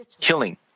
Killing